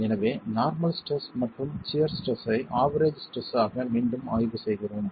எனவே normal stress மற்றும் shear stress ஐ ஆவெரேஜ் ஸ்ட்ரெஸ் ஆக மீண்டும் ஆய்வு செய்கிறோம்